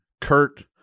Kurt